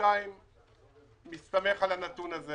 בינתיים אני מסתמך על הנתון הזה